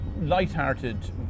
light-hearted